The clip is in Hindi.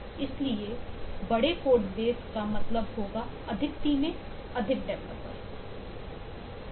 इसलिए बड़े कोड बेस का मतलब होगा अधिक टीमें अधिक डेवलपर्स